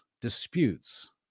disputes